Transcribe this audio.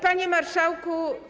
Panie Marszałku!